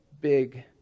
big